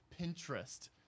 Pinterest